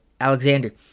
Alexander